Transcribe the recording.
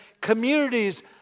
communities